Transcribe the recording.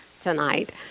tonight